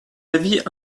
avis